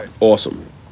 Awesome